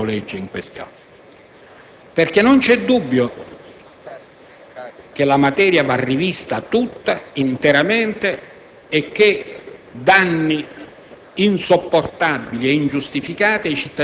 dico perché sono favorevole al decreto-legge in questione. Non c'è dubbio che la materia va rivista tutta, interamente, e che danni